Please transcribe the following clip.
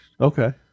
Okay